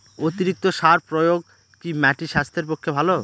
অতিরিক্ত সার প্রয়োগ কি মাটির স্বাস্থ্যের পক্ষে ভালো?